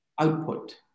output